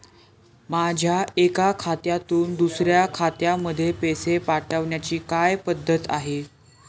माझ्या एका खात्यातून दुसऱ्या खात्यामध्ये पैसे पाठवण्याची काय पद्धत आहे?